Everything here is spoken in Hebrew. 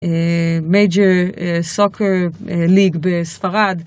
מייג'ר סוקר ליג בספרד.